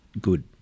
good